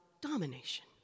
domination